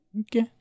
Okay